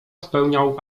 spełniał